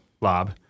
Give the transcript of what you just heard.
Lob